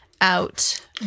out